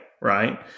right